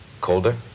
Colder